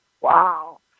wow